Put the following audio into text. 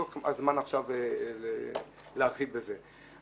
לא הזמן עכשיו להרחיב בזה.